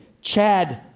Chad